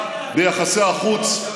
ביחסי החוץ,